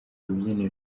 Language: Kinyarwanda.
rubyiniro